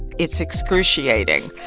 it's excruciating.